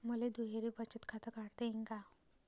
मले दुहेरी बचत खातं काढता येईन का?